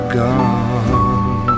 gone